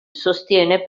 sostiene